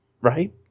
right